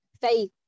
faith